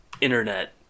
internet